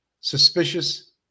suspicious